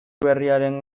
berriaren